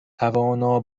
توانا